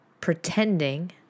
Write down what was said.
pretending